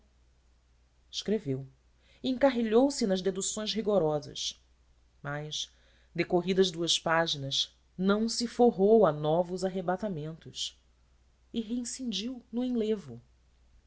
escreveu e encarrilhou se nas deduções rigorosas mas decorridas duas páginas não se forrou a novos arrebatamentos e reincidiu no enlevo